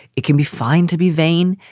it can be find to be vain,